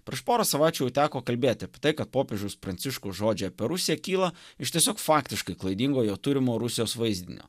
prieš porą savaičių jau teko kalbėti apie tai kad popiežiaus pranciškaus žodžiai apie rusiją kyla iš tiesiog faktiškai klaidingo jo turimo rusijos vaizdinio